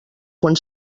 quan